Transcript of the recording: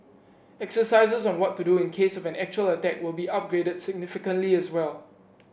exercises on what to do in case of an actual attack will be upgraded significantly as well